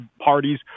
parties